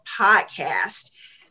podcast